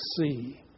see